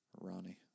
Ronnie